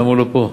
למה הוא לא פה?